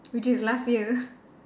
which is last year